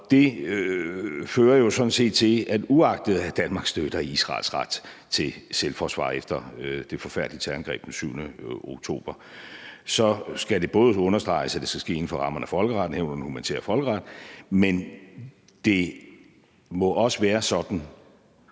set til, at uagtet at Danmark støtter Israels ret til selvforsvar efter det forfærdelige terrorangreb den 7. oktober, så skal det understreges, at det skal ske inden for rammerne af folkeretten, herunder den